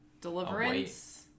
Deliverance